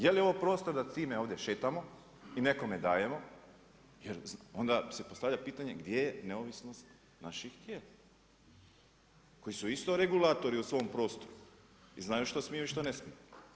Jeli ovo prostor da time ovdje šetamo i nekome dajemo jer onda se postavlja pitanje gdje je neovisnost naših tijela koji su isto regulatori u svom prostoru i znaju što smiju i što ne smiju.